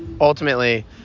ultimately